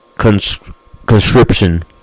conscription